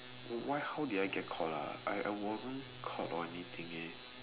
oh why how did I get caught ah I wasn't caught or anything eh